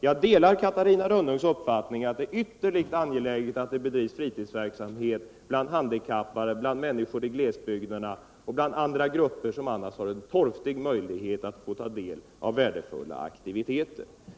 Jag delar Catarina Rönnungs uppfattning att det är ytterligt angeläget att det bedrivs fritidsverksamhet bland handikappade, bland människor i glesbygderna och bland andra grupper som annars har en torftig möjlighet att få ta del av värdefulla aktiviteter.